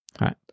right